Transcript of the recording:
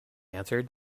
answered